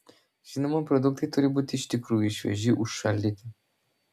žinoma produktai turi būti iš tikrųjų švieži užšaldyti